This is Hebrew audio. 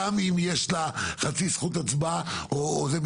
גם אם יש לה חצי זכות הצבעה או זה,